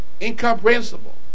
incomprehensible